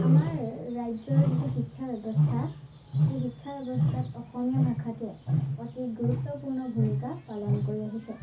আমাৰ ৰাজ্যৰ যিটো শিক্ষা ব্যৱস্থা সেই শিক্ষা ব্যৱস্থাত অসমীয়া ভাষাটোৱে অতি গুৰুত্বপূৰ্ণ ভূমিকা পালন কৰি আহিছে